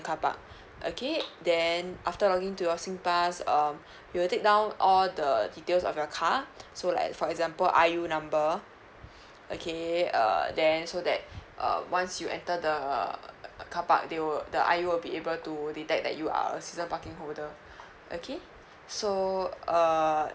carpark okay then after login to your SINGPASS um we will take down all the details of your car so like for example I_U number okay err then so that uh once you enter the carpark they will the I_U will be able to detect that you are a season parking holder okay so err